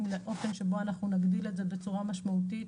לאופן שבו נגדיל את זה בצורה משמעותית.